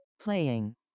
Playing